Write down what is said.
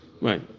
Right